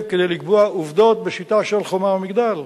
כדי לקבוע עובדות בשיטה של "חומה ומגדל",